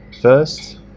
first